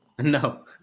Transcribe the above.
No